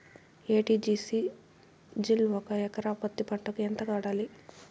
ఎ.టి.జి.సి జిల్ ఒక ఎకరా పత్తి పంటకు ఎంత వాడాలి?